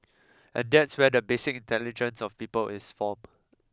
and that's where the basic intelligence of people is formed